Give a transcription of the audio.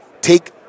take –